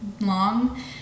long